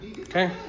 Okay